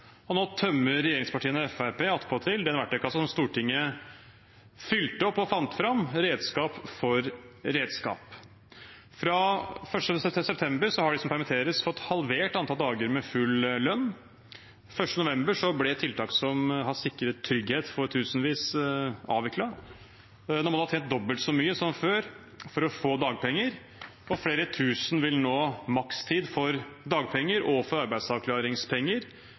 og nå tømmer regjeringspartiene og Fremskrittspartiet attpåtil den verktøykassen som Stortinget fylte opp og fant fram, redskap for redskap. Fra den 1. september har de som permitteres, fått halvert antallet dager med full lønn. Den 1. november ble tiltak som har sikret trygghet for tusenvis, avviklet. Nå må man ha tjent dobbelt så mye som før for å få dagpenger. Flere tusen vil nå makstiden for dagpenger og arbeidsavklaringspenger